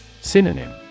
Synonym